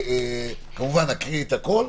נקריא הכול.